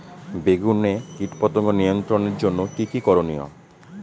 বেগুনে কীটপতঙ্গ নিয়ন্ত্রণের জন্য কি কী করনীয়?